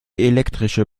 elektrische